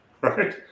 right